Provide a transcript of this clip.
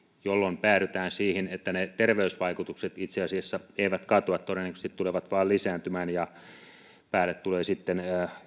jolloin päädytään siihen että ne terveysvaikutukset itse asiassa eivät katoa todennäköisesti tulevat vain lisääntymään ja päälle tulevat sitten